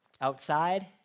Outside